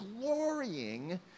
glorying